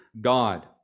God